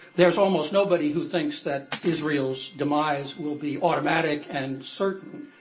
there's almost nobody who thinks that israel's demise will be automatic and certain.